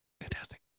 fantastic